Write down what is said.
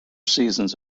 seasons